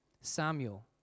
Samuel